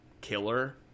killer